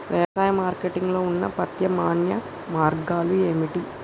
వ్యవసాయ మార్కెటింగ్ లో ఉన్న ప్రత్యామ్నాయ మార్గాలు ఏమిటి?